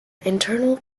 internal